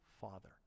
Father